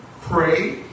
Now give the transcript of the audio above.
Pray